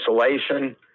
isolation